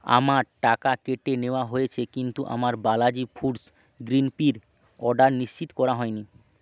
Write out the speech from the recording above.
আমার টাকা কেটে নেওয়া হয়েছে কিন্তু আমার Balaji foods green pea order নিশ্চিত করা হয় নি